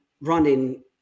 running